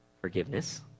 Forgiveness